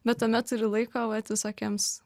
bet tuomet turiu laiko vat visokiems